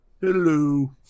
Hello